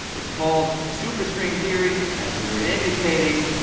it's called superstring theory, as you were indicating.